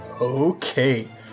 Okay